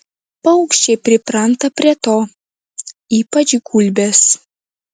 paukščiai pripranta prie to ypač gulbės